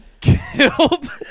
Killed